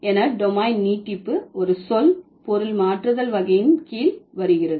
என டொமைன் நீட்டிப்பு ஒரு சொல் பொருள் மாற்றுதல் வகையின் கீழ் வருகிறது